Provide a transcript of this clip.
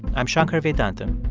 i'm shankar vedantam.